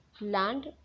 land